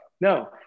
No